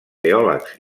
teòlegs